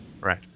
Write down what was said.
right